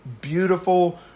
beautiful